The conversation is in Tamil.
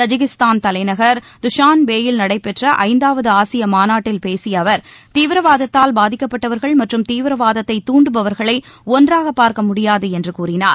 தஜிகிஸ்தான் தலைநகர் துஷான்பே வில் நடைபெற்ற ஐந்தாவது ஆசிய மாநாட்டில் பேசிய அவர் தீவிரவாதத்தால் பாதிக்கப்பட்டவர்கள் மற்றும் தீவிரவாதத்தை தூண்டுபவர்களை ஒன்றாக பார்க்கமுடியாது என்று கூறினார்